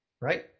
Right